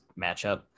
matchup